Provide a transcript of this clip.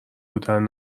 بودن